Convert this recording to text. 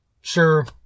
sure